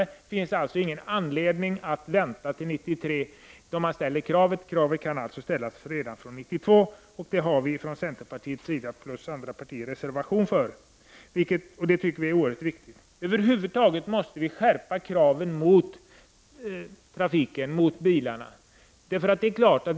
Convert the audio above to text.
Det finns alltså ingen anledning att vänta till år 1993 med att ställa kraven. Kraven kan redan ställas fr.o.m. 1992 års modeller, vilket centerpartiet och andra partier har avgivit en reservation om. Vi anser att detta är oerhört viktigt. Vi måste över huvud taget skärpa kraven på trafiken och bilarna.